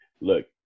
Look